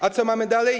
A co mamy dalej?